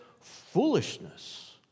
foolishness